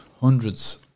hundreds